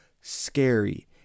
scary